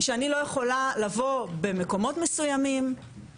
שאני לא יכולה לבוא במקומות מסוימים,